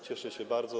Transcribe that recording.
Cieszę się bardzo.